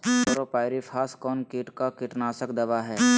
Chlorpyrifos कौन किट का कीटनाशक दवा है?